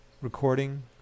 Recording